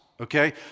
okay